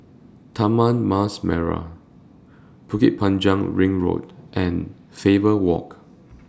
Taman Mas Merah Bukit Panjang Ring Road and Faber Walk